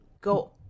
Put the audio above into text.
go